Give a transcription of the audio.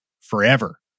forever